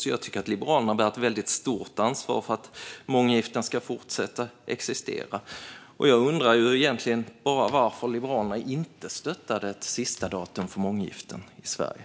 Jag tycker därför att Liberalerna bär ett väldigt stort ansvar för att månggiften fortsätter att existera, och jag undrar egentligen bara varför Liberalerna inte stöttade ett sista datum för månggiften i Sverige.